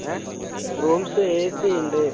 rooms A C ഉണ്ട്